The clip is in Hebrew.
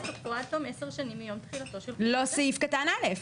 עד תום 10 שנים מיום תחילתו של --- לא סעיף קטן (א).